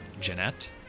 Jeanette